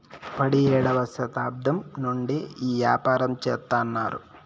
పడియేడవ శతాబ్దం నుండి ఈ యాపారం చెత్తన్నారు